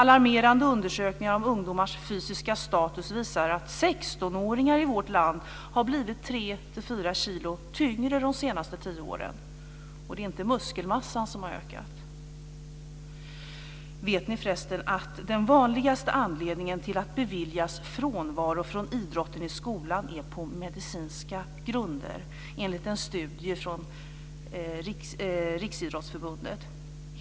Alarmerande undersökningar av ungdomars fysiska status visar att 16-åringar i vårt land har blivit 3-4 kg tyngre de senaste tio åren, och det är inte muskelmassan som har ökat. Vet ni förresten att det är vanligast att elever beviljas frånvaro från idrotten i skolan på medicinska grunder, enligt en studie från Riksidrottsförbundet?